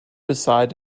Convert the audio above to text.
aside